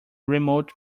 remote